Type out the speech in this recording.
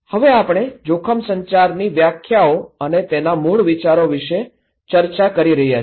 હવે આપણે જોખમ સંચારની વ્યાખ્યાઓ અને તેના મૂળ વિચારો વિશે ચર્ચા કરી રહ્યા છીએ